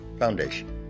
Foundation